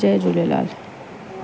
Jay Jhulelal